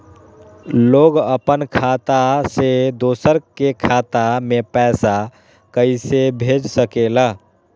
लोग अपन खाता से दोसर के खाता में पैसा कइसे भेज सकेला?